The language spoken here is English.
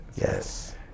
Yes